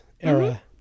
era